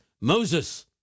Moses